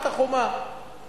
תאמין לי שאני אומרת.